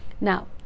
now